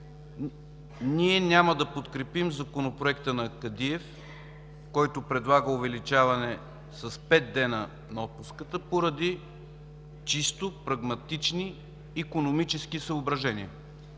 Ние няма да подкрепим Законопроекта на Кадиев, който предлага увеличаване с пет дни на отпуската, поради чисто прагматични икономически съображения.